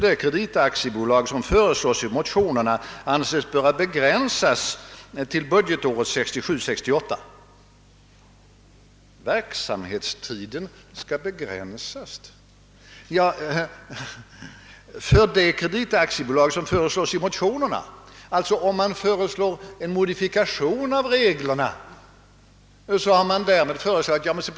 Den senast genomförda skattehöjningen beror till mycket stor del härpå, även om varken herr Sträng eller förutvarande statssekreteraren i finansdepartementet Krister Wickman funnit det lämpligt att understryka detta viktiga förhållande.